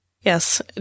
Yes